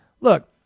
look